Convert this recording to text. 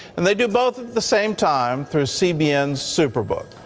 and they do both at the same time, through cbn's super book.